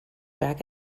back